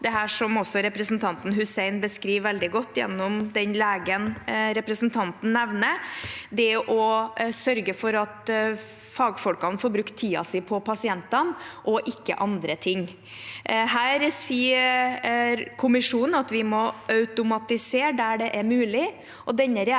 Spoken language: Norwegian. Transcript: er det som også representanten Hussein beskriver veldig godt, gjennom den legen representanten nevner: det å sørge for at fagfolkene får brukt tiden sin på pasientene og ikke på andre ting. Her sier kommisjonen at vi må automatisere der det er mulig.